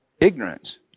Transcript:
Ignorance